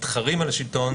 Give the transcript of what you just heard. מתחרים על השלטון,